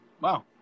wow